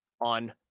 on